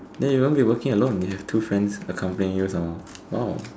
then you won't be working alone you have two friends accompanying you some more !wow!